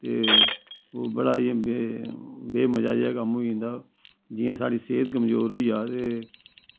ते ओह् बड़ा इयां बे मज़ा जेहा कम्म होई जंदा जियां साढ़ी सेह्त कमज़ोर होई जा ते